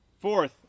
Fourth